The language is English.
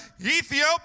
Ethiopia